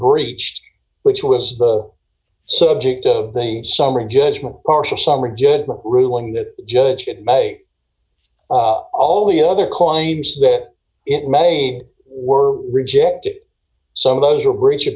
breach which was the subject of the summary judgment partial summary judgment ruling that judge it by all the other clients that it made were rejected some of those were breach